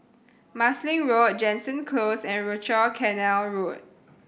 Marsiling Road Jansen Close and Rochor Canal Road